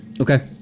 Okay